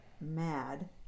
mad